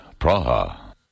Praha